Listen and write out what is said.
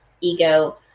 ego